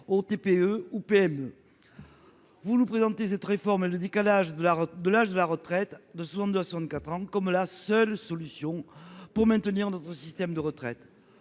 aux TPE ou PME. Vous nous présentez cette réforme le décalage de l'art de l'âge de la retraite de zones de 64 ans comme la seule solution pour maintenir notre système de retraite.